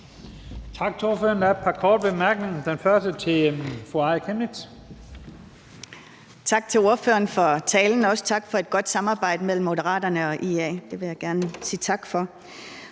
Tak til ordføreren. Der er et par korte bemærkninger. Den første er til fru Aaja Chemnitz. Kl. 14:10 Aaja Chemnitz (IA): Tak til ordføreren for talen, også tak for godt samarbejde mellem Moderaterne og IA. Det vil jeg gerne sige tak for.